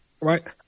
right